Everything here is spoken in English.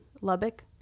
Lubbock